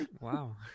Wow